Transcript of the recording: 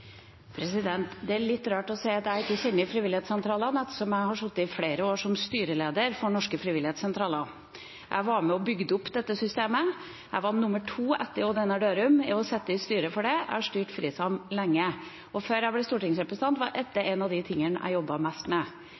Det er litt rart at man sier at jeg ikke kjenner frivilligsentralene, ettersom jeg satt flere år som styreleder for norske frivilligsentraler. Jeg var med på å bygge opp dette systemet. Jeg var nummer to, etter Odd Einar Dørum, og satt i styret for det. Jeg styrte FRISAM, Frivillighetens samarbeidsorgan, lenge. Før jeg ble stortingsrepresentant, var dette noe av det jeg jobbet mest med.